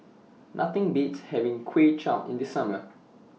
Nothing Beats having Kway Chap in The Summer